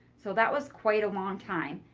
so that was quite a long time.